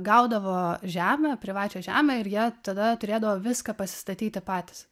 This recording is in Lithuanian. gaudavo žemę privačią žemę ir jie tada turėdavo viską pasistatyti patys